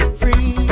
free